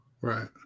Right